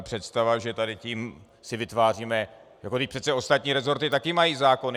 Představa, že si tady tím vytváříme vždyť přece ostatní resorty také mají zákony.